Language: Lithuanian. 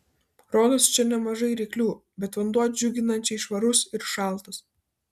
rodos čia nemažai ryklių bet vanduo džiuginančiai švarus ir šaltas